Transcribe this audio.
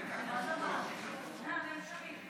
אז נעשה פשרה